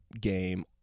game